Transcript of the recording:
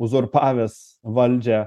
uzurpavęs valdžią